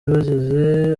bageze